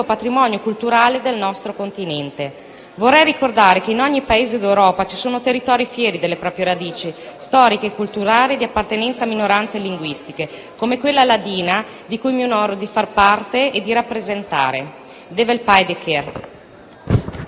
patrimonio culturale del nostro Continente. Vorrei ricordare che in ogni Paese d'Europa ci sono territori fieri delle proprie radici storiche, culturali e di appartenenza a minoranze linguistiche, come quella ladina di cui mi onoro di far parte e di rappresentare. *Develpai de cher*.